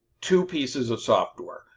two pieces of software.